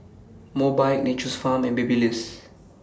Mobike Nature's Farm and Babyliss